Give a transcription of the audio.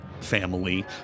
family